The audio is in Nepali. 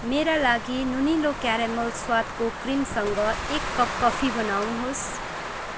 मेरा लागि नुनिलो क्यारामल स्वादको क्रिमसँग एक कप कफी बनाउनुहोस्